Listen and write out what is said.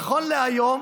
נכון להיום